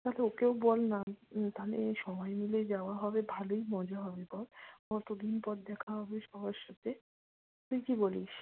তাহলে ওকেও বল না তাহলে সবাই মিলে যাওয়া হবে ভালোই মজা হবে বল কতো দিন পর দেখা হবে সবার সাথে তুই কী বলিস